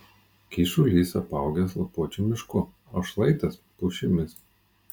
kyšulys apaugęs lapuočių mišku o šlaitas pušimis